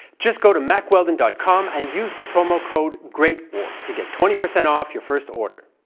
just go to mackwheldon dot com and use the promo code greatwar to get twenty percent off your first order.